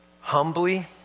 humbly